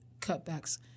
cutbacks